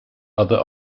other